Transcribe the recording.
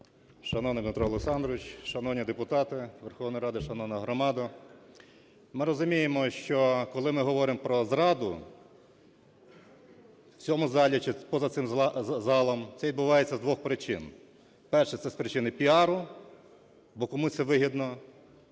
Шановний Дмитро Олександрович, шановні депутати, Верховна Рада, шановна громада! Ми розуміємо, що коли ми говоримо про зраду в цьому залі чи поза цим залом, це відбувається з двох причин. Перше – це з причини піару, бо комусь це вигідно